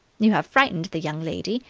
you have frightened the young lady,